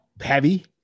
heavy